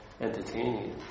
entertaining